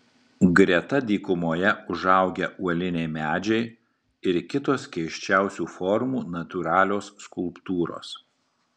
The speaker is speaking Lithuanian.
greta dykumoje užaugę uoliniai medžiai ir kitos keisčiausių formų natūralios skulptūros